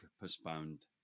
postponed